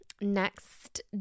next